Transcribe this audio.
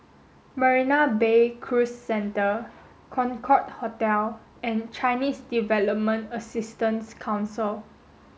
Marina Bay Cruise Centre Concorde Hotel and Chinese Development Assistance Council